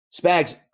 Spags